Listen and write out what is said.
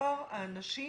מספר האנשים